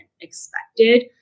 expected